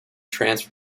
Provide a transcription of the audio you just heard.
transfer